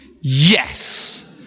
Yes